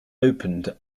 opened